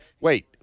Wait